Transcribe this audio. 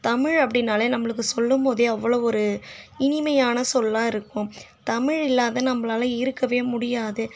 தமிழ் அப்படினாலே நம்மளுக்கு சொல்லும் போதே அவ்வளோ ஒரு இனிமையான சொல்லாக இருக்கும் தமிழ் இல்லாம நம்மளால இருக்கவே முடியாது